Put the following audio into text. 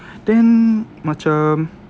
then macam